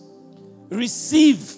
Receive